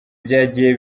byagiye